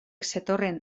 zetorren